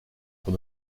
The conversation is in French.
pour